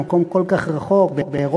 במקום כל כך רחוק באירופה,